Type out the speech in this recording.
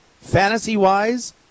fantasy-wise